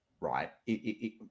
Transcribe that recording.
right